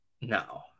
No